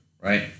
right